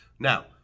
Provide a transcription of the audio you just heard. Now